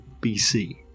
BC